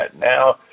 Now